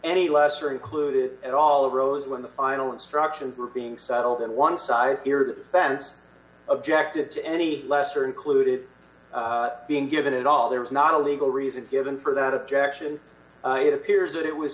any lesser included at all arose when the final instructions were being settled and one side or the spencer objected to any lesser included being given at all there was not a legal reason given for that objection it appears that it was